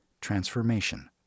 transformation